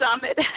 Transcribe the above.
Summit